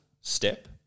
step